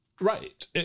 right